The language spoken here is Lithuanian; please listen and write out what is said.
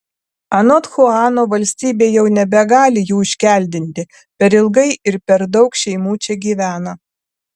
anot chuano valstybė jau nebegali jų iškeldinti per ilgai ir per daug šeimų čia gyvena